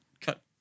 cut